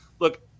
Look